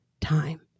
time